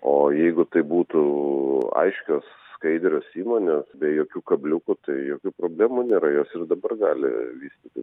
o jeigu tai būtų aiškios skaidrios įmonės be jokių kabliukų tai jokių problemų nėra jos ir dabar gali vystyti